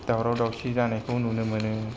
दावराव दावसि जानायखौ नुनो मोनो